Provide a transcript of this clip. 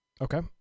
Okay